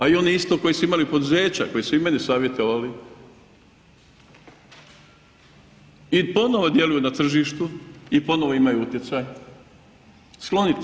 A i oni isto koji su imali poduzeća, koji su i mene savjetovali i ponovo djeluju na tržištu i ponovo imaju utjecaj skloniti.